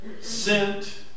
sent